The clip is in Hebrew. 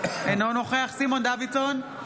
אינו נוכח סימון דוידסון,